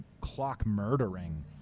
clock-murdering